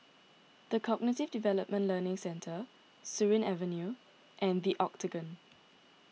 the Cognitive Development Learning Centre Surin Avenue and the Octagon